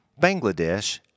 Bangladesh